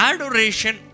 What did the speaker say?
Adoration